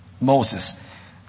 Moses